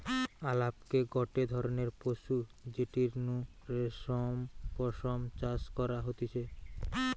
আলাপকে গটে ধরণের পশু যেটির নু রেশম পশম চাষ করা হতিছে